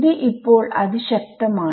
ഇത് ഇപ്പോൾ അതി ശക്തമാണ്